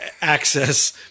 access